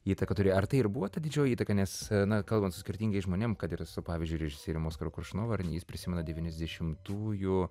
įtaką turėjo ar tai ir buvo ta didžioji įtaka nes na kalbant su skirtingais žmonėm kad ir su pavyzdžiui režisierium oskaru koršunovu ar jis prisimena devyniasdešimtųjų